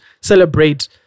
celebrate